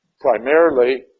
primarily